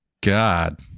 God